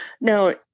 now